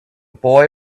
boy